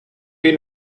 been